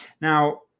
now